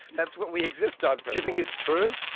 that's what we exist on! do you think it's true?